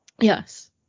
Yes